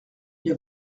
bien